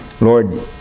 Lord